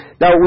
Now